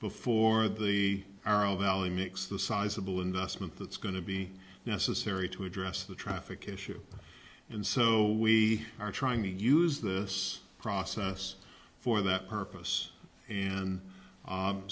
before the are all valley mix the sizable investment that's going to be necessary to address the traffic issue and so we are trying to use this process for that purpose and